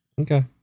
Okay